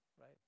right